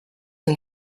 and